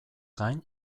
gain